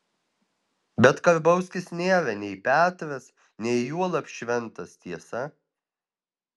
bet karbauskis nėra nei petras nei juolab šventas tiesa